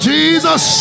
Jesus